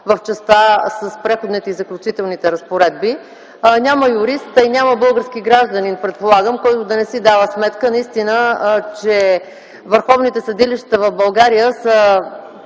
в частта с Преходните и заключителните разпоредби. Няма юрист, а и няма български гражданин, предполагам, който да не си дава сметка наистина, че върховните съдилища в България са